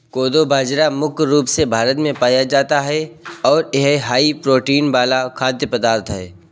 कोदो बाजरा मुख्य रूप से भारत में पाया जाता है और यह हाई प्रोटीन वाला खाद्य पदार्थ है